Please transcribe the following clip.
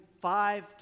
five